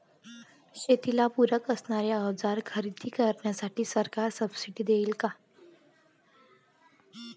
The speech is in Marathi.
शेतीला पूरक असणारी अवजारे खरेदी करण्यासाठी सरकार सब्सिडी देईन का?